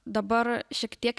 dabar šiek tiek